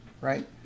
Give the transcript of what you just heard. right